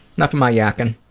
enough of my yakking.